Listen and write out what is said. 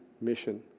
mission